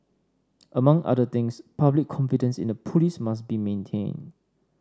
amongst other things public confidence in the police must be maintained